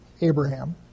Abraham